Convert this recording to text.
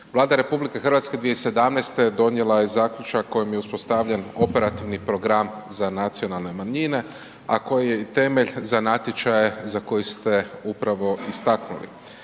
Vlada RH 2017. donijela je zaključak kojim je uspostavljen operativni program za nacionalne manjine a koji je i temelj za natječaje za koje ste upravo istaknuli.